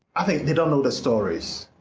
i think they don't know the stories.